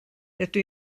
rydw